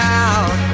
out